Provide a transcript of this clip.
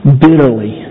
bitterly